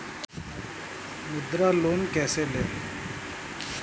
मुद्रा लोन कैसे ले?